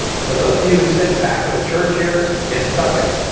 so those of you who sit in the back of the church here, it sucketh.